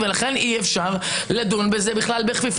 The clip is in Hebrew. הם היו בחניון, בפיזור.